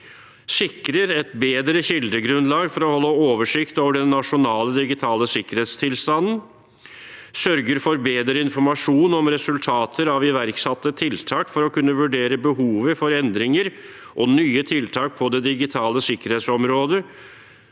sikrer et bedre kildegrunnlag for å holde oversikt over den nasjonale digitale sikkerhetstilstanden – sørger for bedre informasjon om resultater av iverksatte tiltak for å kunne vurdere behovet for endringer og nye tiltak på det digitale sikkerhetsområdet